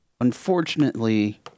unfortunately